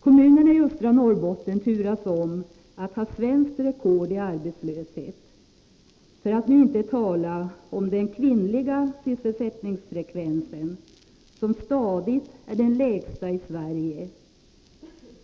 Kommunerna i östra Norrbotten turas om att ha svenskt rekord i arbetslöshet, för att nu inte tala om sysselsättningsfrekvensen för kvinnor, som stadigt är den lägsta i Sverige.